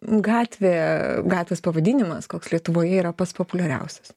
gatvė gatvės pavadinimas koks lietuvoje yra pats populiariausias